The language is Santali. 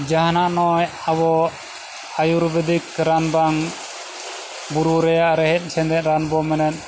ᱡᱟᱦᱟᱱᱟᱜ ᱱᱚᱜᱼᱚᱭ ᱟᱵᱚ ᱟᱭᱩᱨᱵᱮᱫᱤᱠ ᱨᱟᱱ ᱵᱟᱝ ᱵᱩᱨᱩ ᱨᱮᱭᱟᱜ ᱨᱮᱦᱮᱫ ᱥᱮᱸᱫᱮᱫ ᱨᱟᱱ ᱵᱚ ᱢᱮᱱᱮᱫ